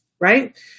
right